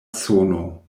sono